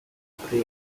they